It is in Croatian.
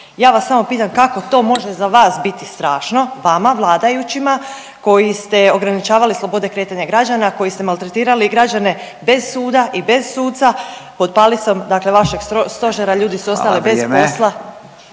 Ja vas samo pitam kako to može za vas biti strašno vama vladajućima koji ste ograničavali slobode kretanja građana, koji ste maltretirali građane bez suda i bez suca pod palicom dakle vašeg stožera ljudi su ostali …/Upadica